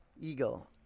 Eagle